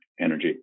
energy